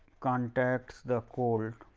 contacts the cold.